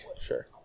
sure